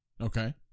Okay